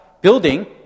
building